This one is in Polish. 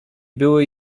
były